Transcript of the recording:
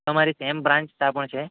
તમારી same branch ત્યાં પણ છે